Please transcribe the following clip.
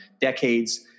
decades